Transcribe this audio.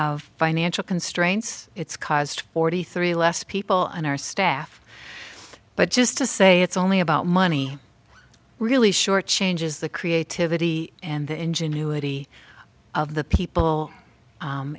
of financial constraints it's caused forty three less people on our staff but just to say it's only about money really short changes the creativity and the ingenuity of the people